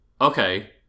Okay